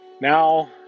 Now